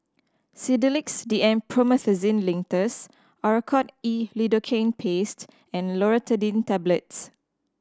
Sedilix D M Promethazine Linctus Oracort E Lidocaine Paste and Loratadine Tablets